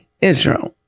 Israel